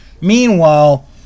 meanwhile